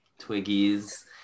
twiggies